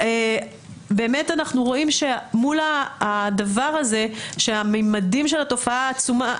ובאמת אנחנו רואים שמול הדבר הזה שהממדים של התופעה היא עצומה,